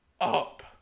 up